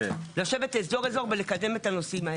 לשבת אזור אזור ולקדם את הנושאים האלה.